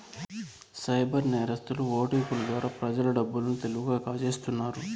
cyber నేరస్తులు ఓటిపిల ద్వారా ప్రజల డబ్బు లను తెలివిగా కాజేస్తున్నారు